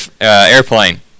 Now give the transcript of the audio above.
airplane